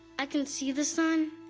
i can see the sun,